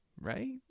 right